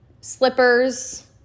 slippers